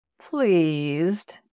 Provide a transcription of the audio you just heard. pleased